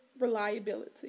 reliability